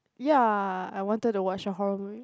ya I wanted to watch a horror movie